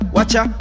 Watcha